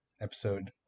episode